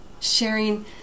Sharing